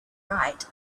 right